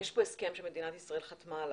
יש כאן הסכם שמדינת ישראל חתמה עליו.